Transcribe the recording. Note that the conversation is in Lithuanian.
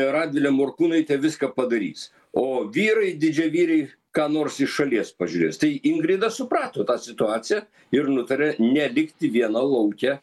radvilė morkūnaitė viską padarys o vyrai didžiavyriai ką nors iš šalies pažiūrės tai ingrida suprato tą situaciją ir nutarė nelikti viena lauke